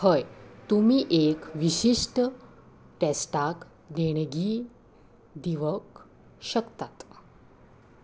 हय तुमी एक विशिश्ट टॅस्टाक देणगी दिवंक शकतात